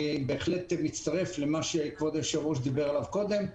אני בהחלט מצטרף למה שכבוד היושב-ראש דיבר עליו קודם.